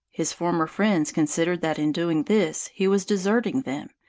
his former friends considered that in doing this he was deserting them,